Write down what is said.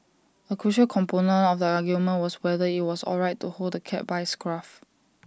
A crucial component of the argument was whether IT was alright to hold the cat by its scruff